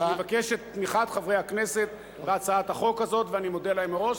אני מבקש את תמיכת חברי הכנסת בהצעת החוק הזאת ואני מודה להם מראש,